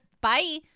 Bye